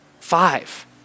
Five